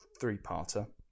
three-parter